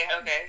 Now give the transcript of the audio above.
okay